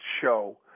show